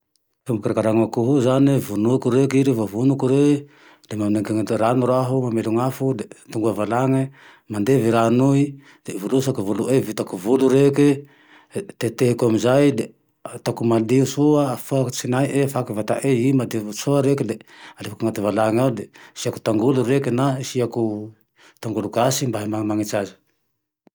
Ty fomba fikarakarana akoho io zane e, vonoako reke, lafa vonoko re le manegene ty rano raho hamelon'afo, le tonga valane, mandevy ranoe de volosako voloe, de vitako volo reke tetehiko amizay, ataoko malio soa afahiko tsinae, afahiko vatae, i madio soa reke le alefako anaty valany ao, le siako tangolo reke na asiako tangolo gasy mba haha manimanitsy aze